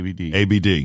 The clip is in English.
ABD